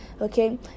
okay